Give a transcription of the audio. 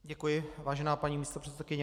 Děkuji, vážená paní místopředsedkyně.